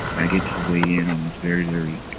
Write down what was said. i get to weigh in on this very, very